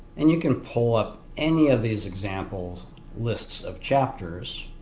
and you can pull up any of these example lists of chapters